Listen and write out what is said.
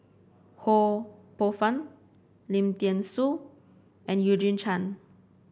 Ho Poh Fun Lim Thean Soo and Eugene Chen